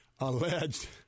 alleged